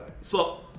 So-